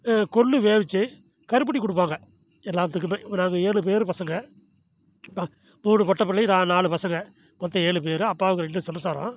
கொள்ளு வேக வச்சு கருப்பட்டி கொடுப்பாங்க எல்லாத்துக்குமே அப்போ நாங்கள் ஏலு பேர் பசங்கள் ப மூணு பொட்டை பிள்ளையும் நான் நாலு பசங்கள் மொத்தம் ஏழு பேர் அப்பாவுக்கு ரெண்டு சம்சாரம்